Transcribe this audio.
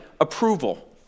approval